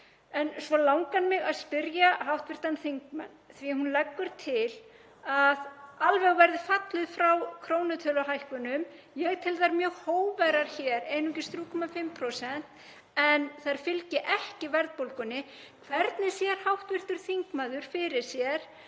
En svo langar mig að spyrja hv. þingmann því að hún leggur til að alveg verði fallið frá krónutöluhækkunum, en ég tel þær mjög hógværar, einungis 3,5%, þær fylgi ekki verðbólgunni: Hvernig sér hv. þingmaður fyrir sér